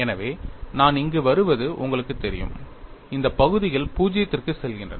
எனவே நான் இங்கு வருவது உங்களுக்குத் தெரியும் இந்த பகுதிகள் 0 க்குச் செல்கின்றன